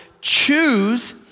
choose